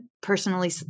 personally